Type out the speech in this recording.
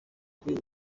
k’uyu